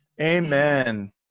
Amen